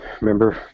remember